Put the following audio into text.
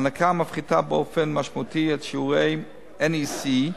ההנקה מפחיתה באופן משמעותי את שיעורי ה-NEC,